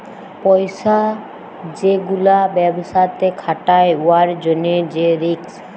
পইসা যে গুলা ব্যবসাতে খাটায় উয়ার জ্যনহে যে রিস্ক